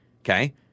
Okay